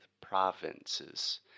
provinces